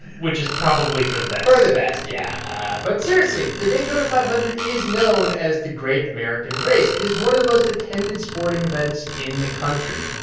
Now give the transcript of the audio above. which is probably for the best for the best yeah. but seriously, the daytona five hundred is known as the great american race. it is one of the most attended sporting events in the country.